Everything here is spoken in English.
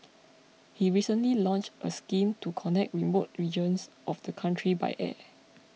he recently launched a scheme to connect remote regions of the country by air